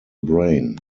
brain